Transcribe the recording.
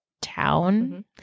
town